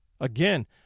Again